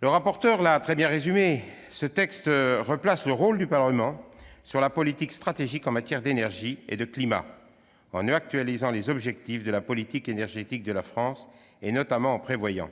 Le rapporteur l'a très bien expliqué : ce texte replace le rôle du Parlement sur la politique stratégique en matière d'énergie et de climat, en actualisant les objectifs de la politique énergétique de la France, notamment en prévoyant